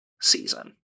season